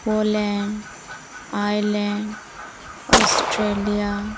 Poland Ireland Australia